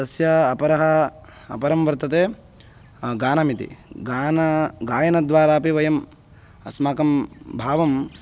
तस्य अपरः अपरं वर्तते गानमिति गानं गायनद्वारा अपि वयम् अस्माकं भावं